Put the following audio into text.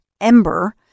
Ember